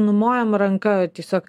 numojam ranka tiesiog